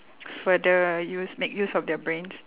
further use make use of their brains